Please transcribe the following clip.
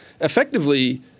effectively